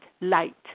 Light